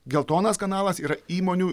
geltonas kanalas yra įmonių